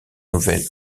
nouvel